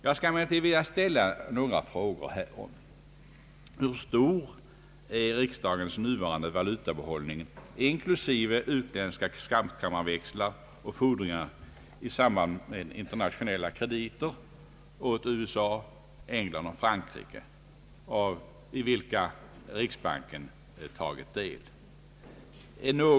Jag skulle emellertid vilja ställa några frågor härom. Jag vill först fråga: Hur stor är riksbankens nuvarande valutabehållning inklusive utländska skattkammarväxlar och fordringar i samband med internationella krediter åt USA, England och Frankrike, som riksbanken varit med om?